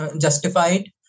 justified